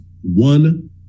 one